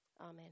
Amen